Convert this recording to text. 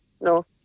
no